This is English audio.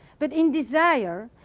but in desire,